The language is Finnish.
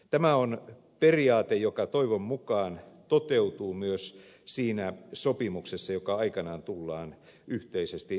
tämä on periaate joka toivon mukaan toteutuu myös siinä sopimuksessa joka aikanaan tullaan yhteisesti hyväksymään